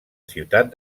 ciutat